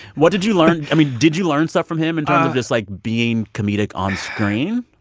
what did you learn? i mean, did you learn stuff from him in terms of just, like, being comedic onscreen?